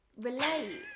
relate